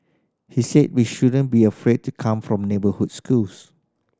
he said we shouldn't be afraid to come from neighbourhood schools